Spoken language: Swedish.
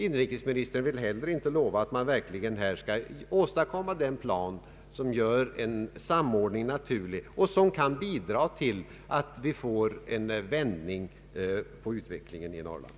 Inrikesministern vill inte lova att verkligen söka åstadkomma den plan som gör en samordning naturlig och som kan bidra till att man får en vändning i utvecklingen i Norrland.